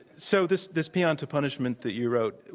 so this this paean to punishment that you wrote,